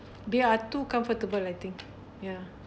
they are too comfortable I think ya